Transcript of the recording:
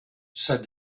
said